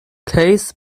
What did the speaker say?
case